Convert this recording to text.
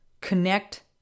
Connect